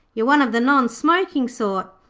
you're one of the non-smoking sort,